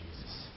Jesus